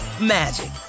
magic